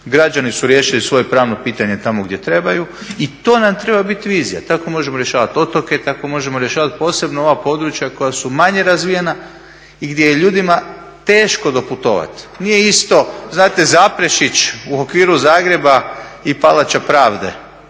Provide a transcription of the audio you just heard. Građani su riješili svoje pravno pitanje tamo gdje trebaju i to nam treba biti vizija. Tako možemo rješavati otoke, tako možemo rješavati posebno ova područja koja su manje razvijena i gdje je ljudima teško doputovati. Nije isto, znate Zaprešić u okviru Zagreba i Palača pravde,